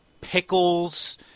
pickles